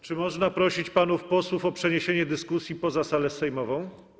Czy można prosić panów posłów o przeniesienie dyskusji poza salę sejmową?